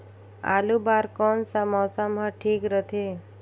आलू बार कौन सा मौसम ह ठीक रथे?